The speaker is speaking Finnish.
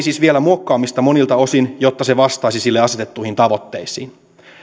siis vaatii vielä muokkaamista monilta osin jotta se vastaisi sille asetettuihin tavoitteisiin